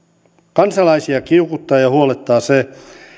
kansalaisia kiukuttaa ja ja huolettaa se